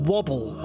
wobble